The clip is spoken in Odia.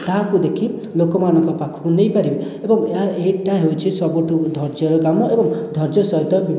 ତାହାକୁ ଦେଖି ଲୋକମାନଙ୍କ ପାଖକୁ ନେଇପାରିବି ଏବଂ ଏହା ଏହିଟା ହେଉଛି ସବୁଠୁ ଧୈର୍ଯ୍ୟର କାମ ଏବଂ ଧୈର୍ଯ୍ୟ ସହିତ